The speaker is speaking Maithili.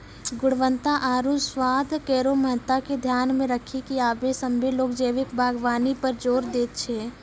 गुणवत्ता आरु स्वाद केरो महत्ता के ध्यान मे रखी क आबे सभ्भे लोग जैविक बागबानी पर जोर दै छै